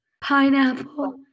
pineapple